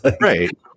right